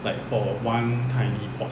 like for one tiny pot